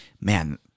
Man